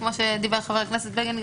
כמו שאמר לפני כן חבר הכנסת בגין,